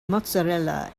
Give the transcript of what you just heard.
mozzarella